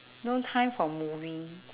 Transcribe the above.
no time for movie